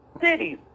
cities